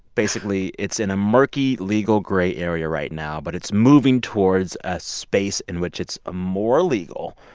basically, it's in a murky, legal gray area right now. but it's moving towards a space in which it's ah more legal.